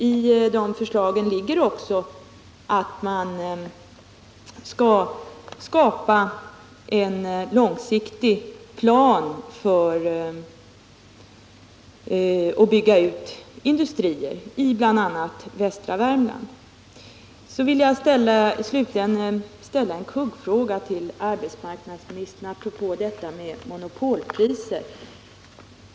I dessa förslag ligger också att man skall skapa en långsiktig plan och bygga ut industrier i bl.a. västra Värmland. Så vill jag slutligen ställa en kuggfråga till arbetsmarknadsministern apropå detta med monopolpriser.